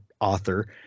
author